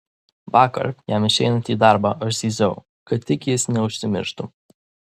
vakar jam išeinant į darbą aš zyziau kad tik jis neužsimirštų